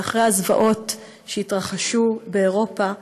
ואחרי הזוועות שהתרחשו באירופה,